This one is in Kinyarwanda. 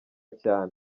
cyane